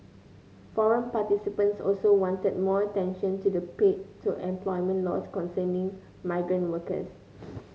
forum participants also wanted more attention to the paid to employment laws concerning migrant workers